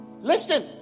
Listen